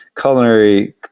Culinary